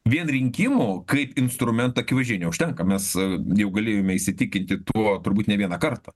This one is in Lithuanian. vien rinkimų kaip instrumentą akivaizdžiai neužtenka mes jau galėjome įsitikinti tuo turbūt ne vieną kartą